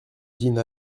dîne